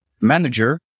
Manager